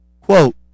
Quote